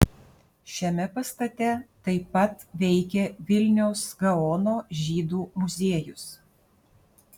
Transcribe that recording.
šiame pastate taip pat veikia vilniaus gaono žydų muziejus